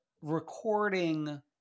recording